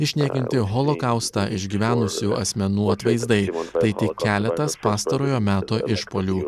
išniekinti holokaustą išgyvenusių asmenų atvaizdai tai tik keletas pastarojo meto išpuolių